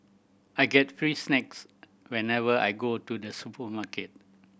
I get free snacks whenever I go to the supermarket